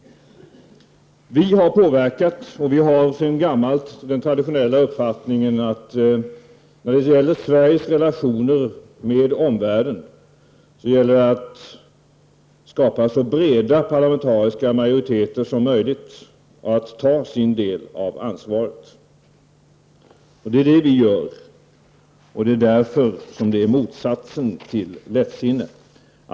Vi har påverkat, och vi har sedan gammalt den traditionella uppfattningen att när det gäller Sveriges relationer med omvärlden handlar det om att skapa så breda parlamentariska majoriteter som möjligt och att ta sin del av ansvaret. Det gör vi, och det är därför vårt handlande är motsatsen till lättsinne.